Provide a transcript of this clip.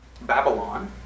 Babylon